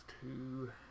two